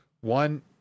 One